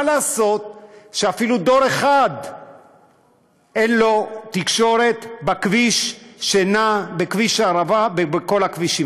מה לעשות שאפילו לדור 1 אין תקשורת בכביש שנע בכביש הערבה וכל הכבישים.